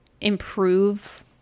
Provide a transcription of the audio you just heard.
improve